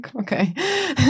Okay